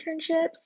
internships